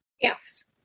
yes